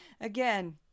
Again